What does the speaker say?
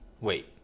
Wait